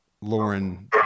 Lauren